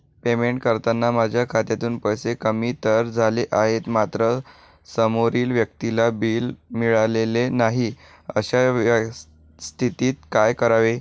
Payment करताना माझ्या खात्यातून पैसे कमी तर झाले आहेत मात्र समोरील व्यक्तीला बिल मिळालेले नाही, अशा स्थितीत काय करावे?